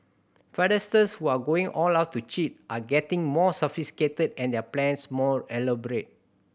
fraudsters who are going all out to cheat are getting more sophisticated and their plans more elaborate